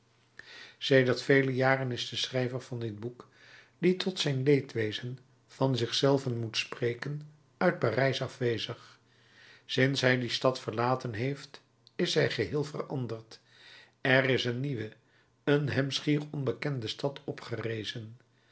sedert vele jaren is de schrijver van dit boek die tot zijn leedwezen van zich zelven moet spreken uit parijs afwezig sinds hij die stad verlaten heeft is zij geheel veranderd er is een nieuwe een hem schier onbekende stad opgerezen